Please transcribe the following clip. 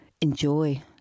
enjoy